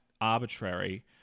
arbitrary